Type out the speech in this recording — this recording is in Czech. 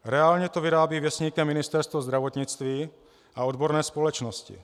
Reálně to vyrábí Věstníkem Ministerstvo zdravotnictví a odborné společnosti.